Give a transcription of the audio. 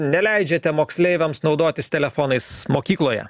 neleidžiate moksleiviams naudotis telefonais mokykloje